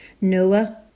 Noah